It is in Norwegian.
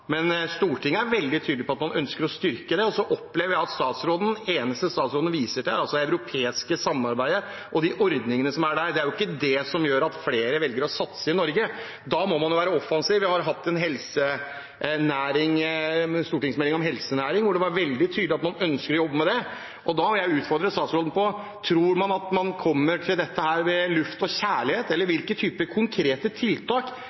men Stortinget er veldig tydelig på at man ønsker å styrke det. Jeg opplever at det eneste statsråden viser til, er det europeiske samarbeidet og de ordningene som er der. Det er jo ikke det som gjør at flere velger å satse i Norge. Da må man være offensiv. Vi har hatt en stortingsmelding om helsenæringen der det var veldig tydelig at man ønsker å jobbe med det. Da vil jeg utfordre statsråden: Tror man at man kommer til dette med luft og kjærlighet? Hvilke konkrete tiltak